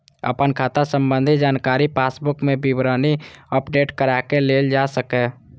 अपन खाता संबंधी जानकारी पासबुक मे विवरणी अपडेट कराके लेल जा सकैए